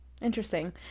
Interesting